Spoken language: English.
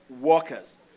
workers